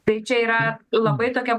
tai čia yra labai tokia